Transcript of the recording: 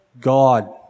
God